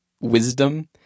wisdom